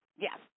Yes